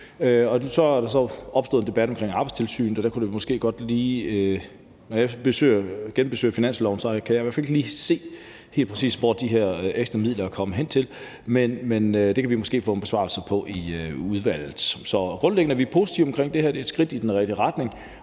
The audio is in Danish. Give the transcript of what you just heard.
Der er så opstået en debat omkring Arbejdstilsynet, og når jeg genbesøger finansloven, kan jeg i hvert fald ikke lige se, helt præcis hvor de her ekstra midler er kommet hen, men det kan vi måske få en besvarelse af i udvalget. Så grundlæggende er vi positive omkring det her. Det er et skridt i den rigtige retning.